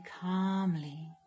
calmly